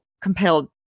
compelled